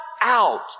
out